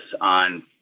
on